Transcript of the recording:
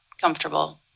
comfortable